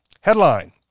headline